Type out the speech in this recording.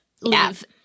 leave